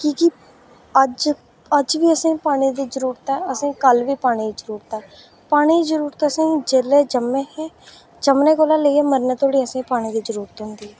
की के अज्ज बी असें गी पानी दी जरूरत ऐ असें ई कल्ल बी पानी दी जरूरत ऐ पानी दी जरूरत असें गी जेल्लै जम्मे हे जम्मनै कोला लेइयै असें ई पानी दी जरूरत होंदी